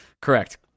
Correct